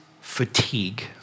fatigue